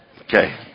Okay